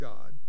God